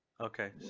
Okay